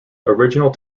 original